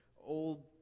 old